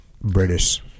British